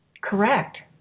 correct